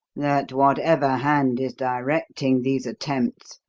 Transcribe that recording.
that, whatever hand is directing these attempts,